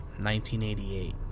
1988